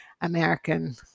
American